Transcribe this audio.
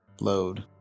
Load